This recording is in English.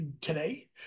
today